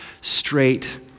straight